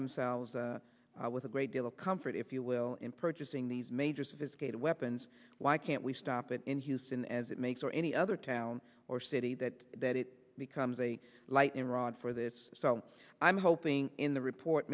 themselves with a great deal of comfort if you will in purchasing these major sophisticated weapons why can't we stop it in houston as it makes or any other town or city that that it becomes a lightning rod for this so i'm hoping in the report